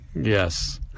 Yes